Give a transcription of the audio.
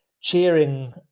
cheering